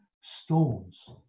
storms